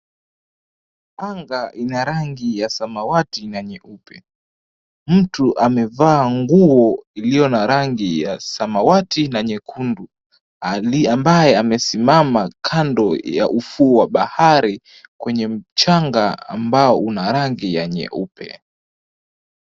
Anga ina rangi ya samawati na nyeupe. Mtu amevaa nguo iliyo na rangi ya samawati na nyekundu ambaye amesimama kando ya ufuo wa bahari kwenye mchanga ambao una rangi ya nyeupe.